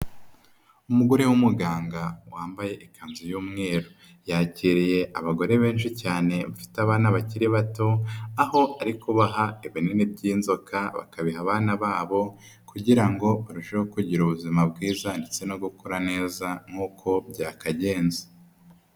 Umugore w'umuganga wambaye ikanzu y'umweru yakiriye abagore benshi cyane bafite abana bakiri bato aho ari kubaha ibinini by'inzoka bakabiha abana babo kugira ngo barusheho kugira ubuzima bwiza ndetse no gukura neza nk'uko byakagenze.